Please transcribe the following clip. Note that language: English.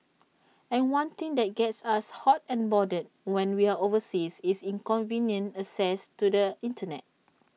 and one thing that gets us hot and bothered when we're overseas is inconvenient access to the Internet